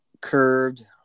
curved